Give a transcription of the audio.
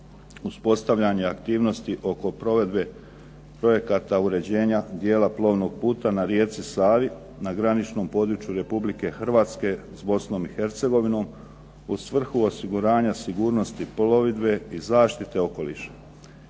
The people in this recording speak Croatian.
uspostavljanje aktivnosti oko provedbe projekata uređenja dijela plovnog puta na rijeci Savi, na graničnom području Republike Hrvatske s Bosnom i Hercegovinom u svrhu osiguranja sigurnosti plovidbe i zaštite okoliša.